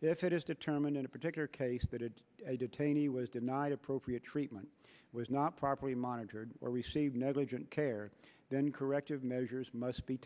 if it is determined in a particular case that it detainees was denied appropriate treatment was not properly monitored or received negligent care then corrective measures must be